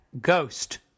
ghost